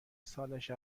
سالش